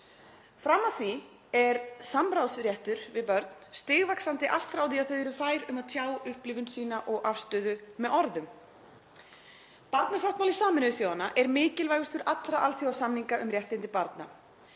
Fram að því er samráðsréttur við börn stigvaxandi allt frá því að þau eru fær um að tjá upplifun sína og afstöðu með orðum. Barnasáttmáli Sameinuðu þjóðanna er mikilvægastur allra alþjóðasamninga um réttindi barna.